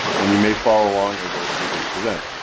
and you may follow along as our speakers present.